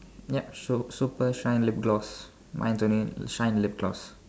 ya so so first shine lip gloss mine's only shine lip gloss